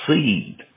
seed